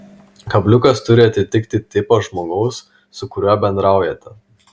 kabliukas turi atitikti tipą žmogaus su kuriuo bendraujate